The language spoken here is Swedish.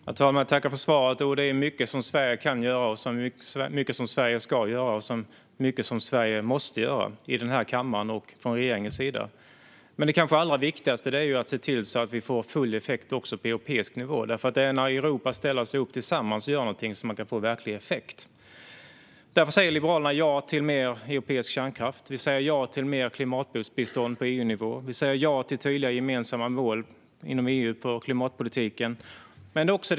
Herr talman! Jag tackar för svaret. Det är mycket som Sverige kan göra, mycket som Sverige ska göra och mycket som Sverige måste göra från den här kammaren och från regeringens sida. Det kanske allra viktigaste är att se till att vi får full effekt också på europeisk nivå. Det är när Europa ställer sig upp tillsammans och gör någonting som man kan få verklig effekt. Därför säger Liberalerna ja till mer europeisk kärnkraft. Vi säger ja till mer klimatbistånd på EU-nivå. Vi säger ja till tydliga gemensamma mål inom EU för klimatpolitiken.